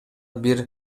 бир